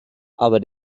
aber